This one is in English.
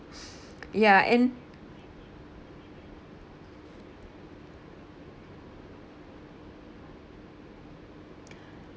ya and